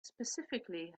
specifically